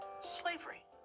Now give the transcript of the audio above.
Slavery